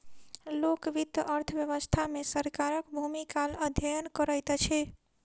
लोक वित्त अर्थ व्यवस्था मे सरकारक भूमिकाक अध्ययन करैत अछि